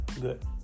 Good